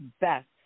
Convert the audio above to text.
best